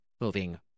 moving